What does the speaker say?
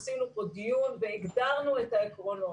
עשינו פה דיון והגדרנו את העקרונות.